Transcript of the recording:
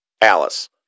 Alice